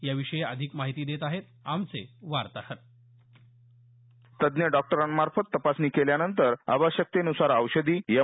या विषयी अधिक माहिती देत आहेत आमचे वार्ताहर तज्ञडॉक्टरा मार्फत तपासनी केल्या नंतर आवश्यकतेन्सार औषधी एम